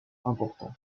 important